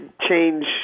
Change